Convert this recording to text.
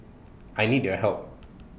I need your help